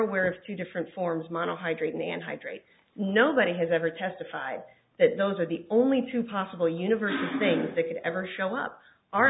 aware of two different forms model hydrating and hydrate nobody has ever testified that those are the only two possible universes things that could ever show up are